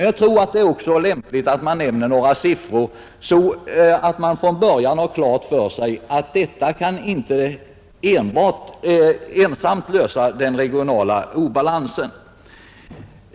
Jag tror att det också är lämpligt att man nämner några siffror för att från början göra klart att detta inte ensamt kan avhjälpa den regionala obalansen.